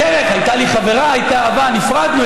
בדרך הייתה לי חברה, הייתה אהבה, נפרדנו.